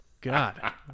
god